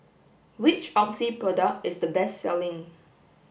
which Oxy product is the best selling